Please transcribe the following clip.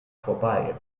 vorbei